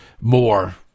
more